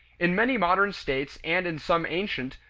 in many modern states and in some ancient,